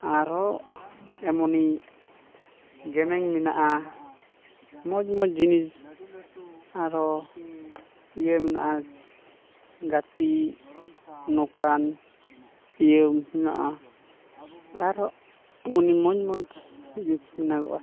ᱟᱨᱦᱚᱸ ᱮᱢᱱᱤ ᱜᱮᱢᱮᱧ ᱢᱮᱱᱟᱜᱼᱟ ᱢᱚᱡᱽ ᱢᱚᱡᱽ ᱡᱤᱱᱤᱥ ᱟᱨᱦᱚᱸ ᱤᱭᱟᱹ ᱢᱮᱱᱟᱜᱼᱟ ᱜᱟᱛᱮ ᱱᱚᱝᱠᱟᱱ ᱤᱭᱟᱹ ᱢᱮᱱᱟᱜᱼᱟ ᱟᱨᱦᱚᱸ ᱮᱢᱱᱤ ᱢᱚᱡᱽ ᱢᱚᱡᱽ ᱡᱤᱱᱤᱥ ᱢᱮᱱᱟᱜᱚᱜᱼᱟ